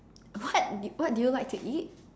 what what do you like to eat